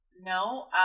No